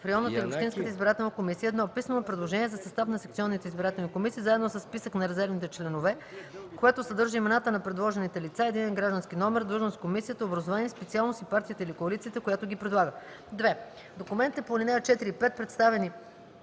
в районната или в общинската избирателна комисия: 1. писмено предложение за състав на секционните избирателни комисии заедно със списък на резервните членове, което съдържа имената на предложените лица, единен граждански номер, длъжност в комисията, образование, специалност и партията или коалицията, която ги предлага; 2. документите по ал. 4 и 5, представени